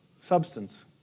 substance